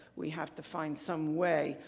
we have to find some way,